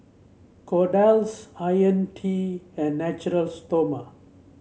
Kordel's IoniL T and Natura Stoma